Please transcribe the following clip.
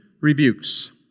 rebukes